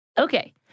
Okay